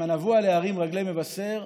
"מה נאוו על ההרים רגלי מבשר"